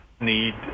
need